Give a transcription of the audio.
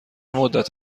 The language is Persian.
مدت